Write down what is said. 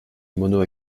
mono